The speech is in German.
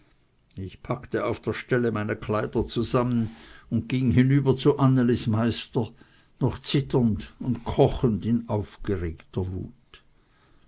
ich packte auf der stelle meine kleider zusammen und ging hinüber zu annelis meister noch zitternd und kochend in aufgeregter wut